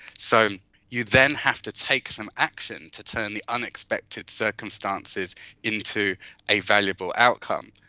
so you then have to take some action to turn the unexpected circumstances into a valuable outcome.